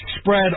spread